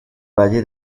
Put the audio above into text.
valle